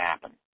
happen